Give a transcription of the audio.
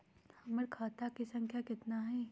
हमर खाता के सांख्या कतना हई?